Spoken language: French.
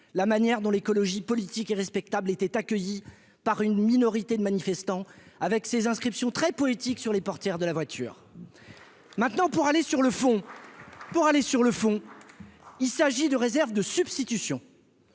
la manière dont l'écologie politique est respectable était accueillis par une minorité de manifestants : avec ces inscriptions très poétique sur les portières de la voiture maintenant pour aller sur le fond pour aller sur le fond, il s'agit de réserves de substitution.